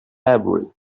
library